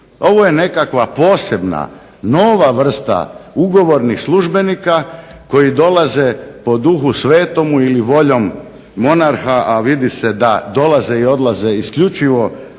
ovo je nekakva posebna nova vrsta ugovornih službenika koji dolaze po Duhu svetomu ili voljom monarha, a vidi se da dolaze i odlaze isključivo odlukom